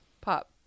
pop